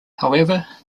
however